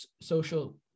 social